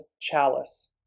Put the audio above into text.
chalice